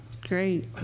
Great